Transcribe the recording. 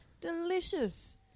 delicious